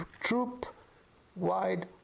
troop-wide